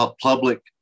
public